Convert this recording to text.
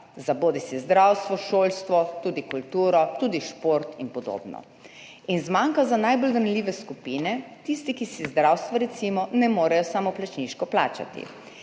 za bodisi zdravstvo, šolstvo, tudi kulturo, tudi šport in podobno, in zmanjka za najbolj ranljive skupine, za tiste, ki si zdravstva, recimo, ne morejo samoplačniško plačati.